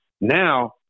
Now